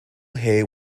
hair